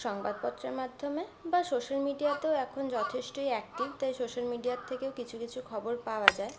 সংবাদপত্রের মাধ্যমে বা সোশ্যাল মিডিয়াতেও এখন যথেষ্টই অ্যাক্টিভ তাই সোশ্যাল মিডিয়ার থেকেও কিছু কিছু খবর পাওয়া যায়